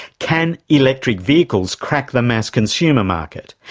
can electric vehicles crack the mass consumer market?